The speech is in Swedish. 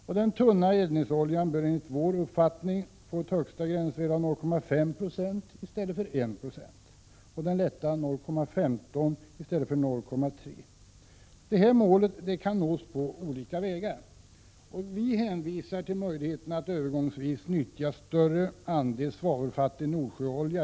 För den tjocka eldningsoljan bör enligt vår uppfattning den högsta tillåtna svavelhalten sänkas från 1 till 0,5 96 och för den tunna eldningsoljan från 0,3 till 0,15 96. Detta mål kan nås på olika vägar. Vi hänvisar till möjligheterna att övergångsvis utnyttja en större andel svavelfattig Nordsjöolja.